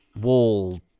wall